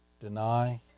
deny